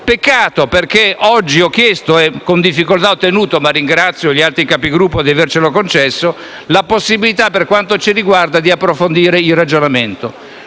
Peccato, perché oggi ho chiesto e con difficoltà ho ottenuto, e ringrazio gli altri Capigruppo di avercelo concesso, la possibilità, per quanto ci riguarda, di approfondire il ragionamento.